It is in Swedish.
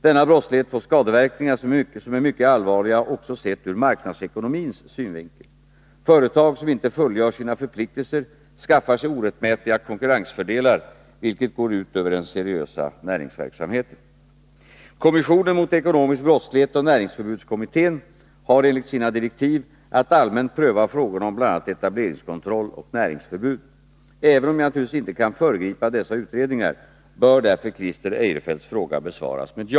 Denna brottslighet får skadeverkningar som är mycket allvarliga också sett ur marknadsekonomins synvinkel. Företag som inte fullgör sina förpliktelser skaffar sig orättmätiga konkurrensfördelar, vilket går ut över den seriösa näringsverksamheten. Kommissionen mot ekonomisk brottslighet och näringsförbudskommittén har enligt sina direktiv att allmänt pröva frågorna om bl.a. etableringskontroll och näringsförbud. Även om jag naturligtvis inte kan föregripa dessa utredningar bör därför Christer Eirefelts fråga besvaras med ja.